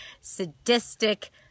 sadistic